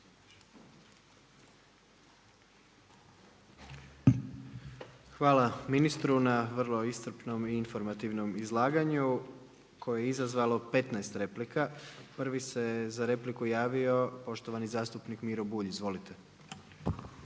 Hvala ministru na vrlo iscrpnom i informativnom izlaganju koje je izazvalo 15 replika. Prvi se za repliku javio poštovani zastupnik Miro Bulj. Izvolite.